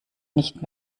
nicht